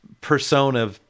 persona